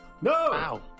No